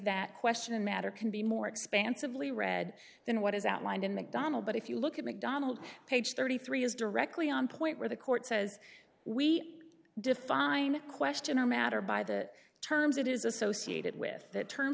that question matter can be more expansively read than what is outlined in mcdonnell but if you look at mcdonald page thirty three is directly on point where the court says we define question a matter by the terms it is associated with the term